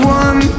one